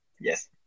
Yes